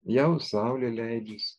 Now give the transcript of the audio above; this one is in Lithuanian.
jau saulė leidžiasi